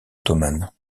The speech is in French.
ottomane